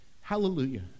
hallelujah